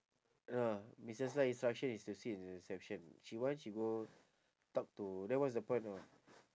I don't know ah missus lai instruction is to sit in the reception she want she go talk to then what's the point of